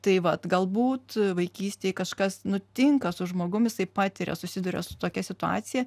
tai vat galbūt vaikystėj kažkas nutinka su žmogum jisai patiria susiduria su tokia situacija